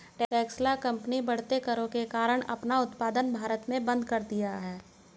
Tesla company बढ़ते करों के कारण अपना उत्पादन भारत में बंद कर दिया हैं